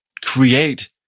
create